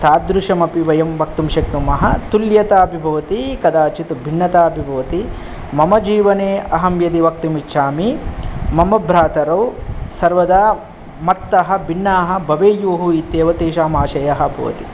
तादृशमपि वयं वक्तुं शक्नुमः तुल्यता अपि भवति कदाचित् भिन्नता अपि भवति मम जीवने अहं यदि वक्तुम् इच्छामि मम भ्रातरौ सर्वदा मत्तः भिन्नाः भवेयुः इत्येव तेषामाशयः भवति